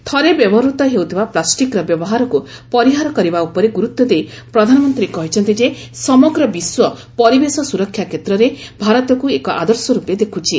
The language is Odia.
ଥରେ ବ୍ୟବହୃତ ହେଉଥିବା ପ୍ଲାଷ୍ଟିକ୍ର ବ୍ୟବହାରକୁ ପରିହାର କରିବା ଉପରେ ଗୁରୁତ୍ୱ ଦେଇ ପ୍ରଧାନମନ୍ତ୍ରୀ କହିଛନ୍ତି ଯେ ସମଗ୍ର ବିଶ୍ୱ ପରିବେଶ ସୁରକ୍ଷା କ୍ଷେତ୍ରରେ ଭାରତକୁ ଏକ ଆଦର୍ଶ ରୂପେ ଦେଖୁଛି